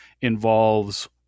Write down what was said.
involves